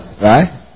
right